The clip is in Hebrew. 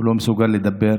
הוא לא מסוגל לדבר,